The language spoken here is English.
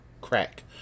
crack